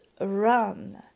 run